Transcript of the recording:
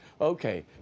Okay